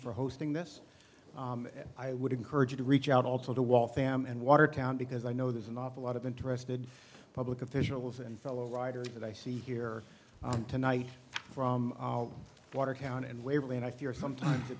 for hosting this i would encourage you to reach out also to wall fam and watertown because i know there's an awful lot of interested public officials and fellow riders that i see here tonight from watertown and waverly and i fear sometimes